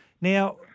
Now